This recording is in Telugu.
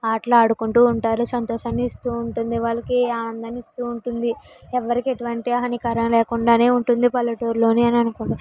ఆటలాడుకుంటూ ఉంటారు సంతోషాన్ని ఇస్తూ ఉంటుంది వాళ్ళకి ఆనందాన్ని ఇస్తూ ఉంటుంది ఎవరికి ఎటువంటి హానికరం లేకుండానే ఉంటుంది పల్లెటూళ్ళోనే అని అనుకుంటున్నాను